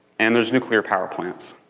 and there's nuclear power plants.